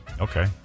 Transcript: Okay